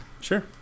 Sure